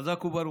חזק וברוך.